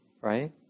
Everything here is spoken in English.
right